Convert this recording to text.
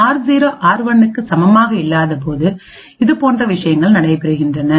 ஆர்0 R க்கு சமமாக இல்லாதபோது இதுபோன்ற விஷயங்கள் நடைபெறுகின்றன